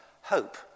hope